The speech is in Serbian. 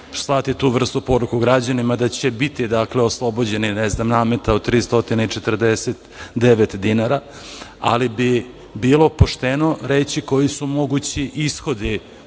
slati tu vrstu poruke građanima da će biti, dakle, oslobođeni, ne znam, nameta od 349 dinara, ali bi bilo pošteno reći koji su mogući ishodi